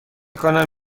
کنم